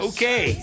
Okay